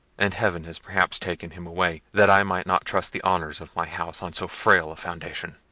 and heaven has perhaps taken him away, that i might not trust the honours of my house on so frail a foundation.